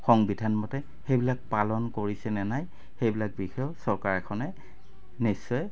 সংবিধানমতে সেইবিলাক পালন কৰিছেনে নাই সেইবিলাক বিষয়েও চৰকাৰ এখনে নিশ্চয়